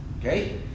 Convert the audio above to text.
Okay